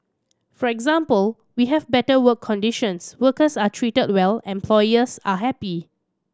for example we have better work conditions workers are treated well employers are happy